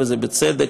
ובצדק,